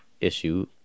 issue